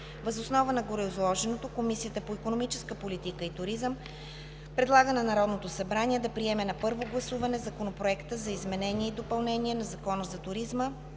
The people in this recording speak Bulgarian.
Въз основа на гореизложеното Комисията по икономическа политика и туризъм предлага на Народното събрание да приеме на първо гласуване Законопроект за изменение и допълнение на Закона за туризма,